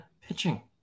pitching